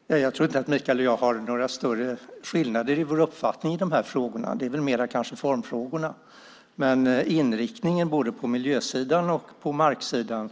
Fru talman! Jag tror inte, Michael, att det är några större skillnader i våra uppfattningar i de här frågorna, utan det kanske mer gäller formfrågorna. När det gäller inriktningen på miljösidan och på marksidan